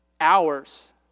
hours